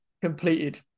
completed